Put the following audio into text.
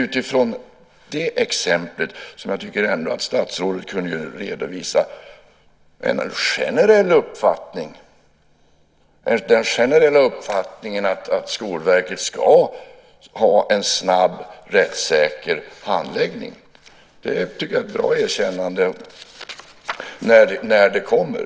Utifrån det exemplet tycker jag att statsrådet ändå kunde redovisa den generella uppfattningen att Skolverket ska ha en snabb, rättssäker handläggning. Det är ett bra erkännande när det kommer.